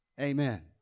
Amen